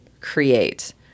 create